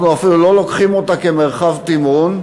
אנחנו אפילו לא לוקחים אותה כמרחב תמרון,